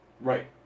Right